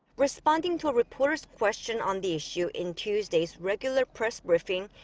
responding to a reporter's question on the issue in tuesday's regular press briefing.